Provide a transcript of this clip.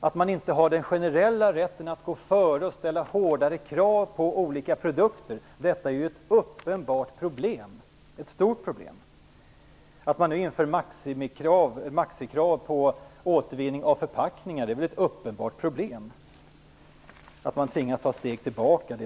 Att man inte har haft den generella rätten att gå före och ställa hårdare krav på olika produkter är ett stort problem. Att man inför maximikrav på återvinning av förpackningar är ett uppenbart problem. Det är ett uppenbart problem att man tvingas ta steg tillbaka.